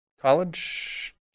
college